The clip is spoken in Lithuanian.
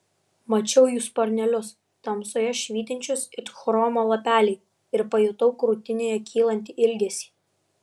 mačiau jų sparnelius tamsoje švytinčius it chromo lapeliai ir pajutau krūtinėje kylantį ilgesį